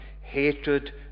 hatred